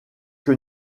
que